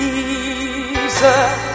Jesus